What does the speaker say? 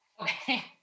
Okay